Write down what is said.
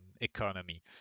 economy